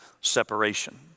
separation